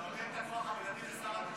--- אתה נותן את הכוח הבלעדי לשר התקשורת.